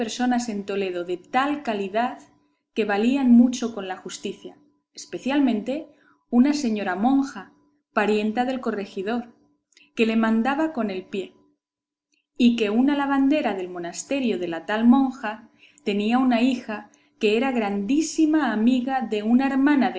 personas en toledo de tal calidad que valían mucho con la justicia especialmente una señora monja parienta del corregidor que le mandaba con el pie y que una lavandera del monasterio de la tal monja tenía una hija que era grandísima amiga de una hermana